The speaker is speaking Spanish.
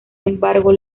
embargo